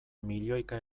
milioika